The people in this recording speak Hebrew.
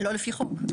לא לפי חוק.